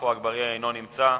עפו אגבאריה, אינו נמצא.